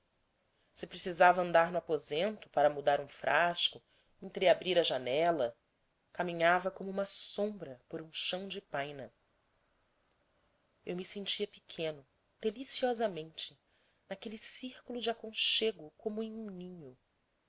se precisava andar no aposento para mudar um frasco entreabrir a janela caminhava como uma sombra por um chão de paina eu me sentia pequeno deliciosamente naquele circulo de conchego como em um ninho